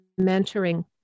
mentoring